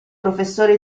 professore